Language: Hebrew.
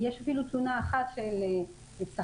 יש תלונה אחת של משפחה,